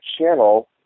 channel